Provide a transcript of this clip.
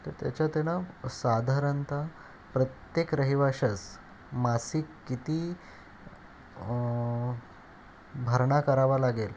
तर त्याच्यात आहे न साधारणत प्रत्येक रहिवाशास मासिक किती भरणा करावा लागेल